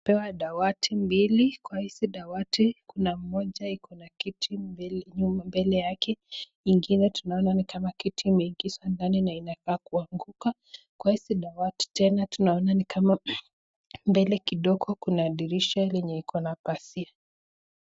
Tumepewa dawati mbili, kwa hizi dawati mbili kuna moja iko na kiti nyuma, mbele yake ingine tunaona ni kama kiti imeingizwa ndani na inakaa kuanguka, kwa hizi dawati tena tunaona ni kama mbele kidogo kuna dirisha lenye iko na basia.